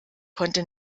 konnte